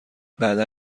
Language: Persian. بعدا